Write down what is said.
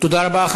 תודה רבה.